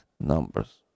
numbers